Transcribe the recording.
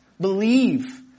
Believe